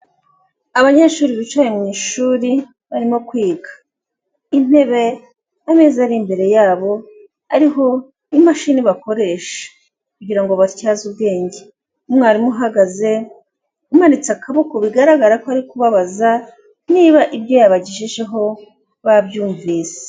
Abanyeshuri bicaye mu ishuri barimo kwiga. Intebe, ameza ari imbere yabo ariho imashini bakoresha kugira ngo batyaze ubwenge. Umwarimu uhagaze umanitse akaboko bigaragara ko ari kubabaza niba ibyo yabagejejeho babyumvise.